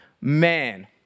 man